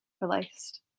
released